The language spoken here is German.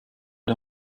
der